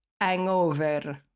hangover